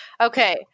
Okay